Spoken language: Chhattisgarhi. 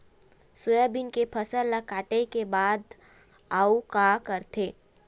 सोयाबीन के फसल ल काटे के बाद आऊ का करथे?